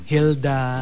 Hilda